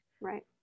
right